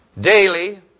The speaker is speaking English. daily